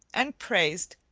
and praised,